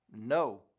no